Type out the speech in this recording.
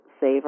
save